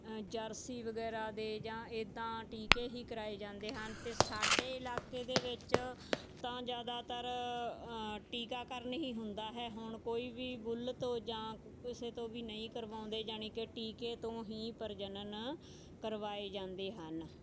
jersey ਵਗੈਰਾ ਦੇ ਜਾਂ ਇੱਦਾਂ ਟੀਕੇ ਹੀ ਕਰਾਏ ਜਾਂਦੇ ਹਨ ਅਤੇ ਸਾਡੇ ਇਲਾਕੇ ਦੇ ਵਿੱਚ ਤਾਂ ਜ਼ਿਆਦਾਤਰ ਟੀਕਾਕਰਨ ਹੀ ਹੁੰਦਾ ਹੈ ਹੁਣ ਕੋਈ ਵੀ ਬੁੱਲ ਤੋਂ ਜਾਂ ਕਿਸੇ ਤੋਂ ਵੀ ਨਹੀਂ ਕਰਵਾਉਂਦੇ ਯਾਨੀ ਕਿ ਟੀਕੇ ਤੋਂ ਹੀ ਪ੍ਰਜਨਨ ਕਰਵਾਏ ਜਾਂਦੇ ਹਨ